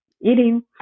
eating